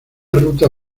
ruta